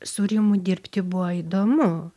su rimu dirbti buvo įdomu